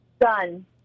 Done